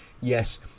yes